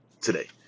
today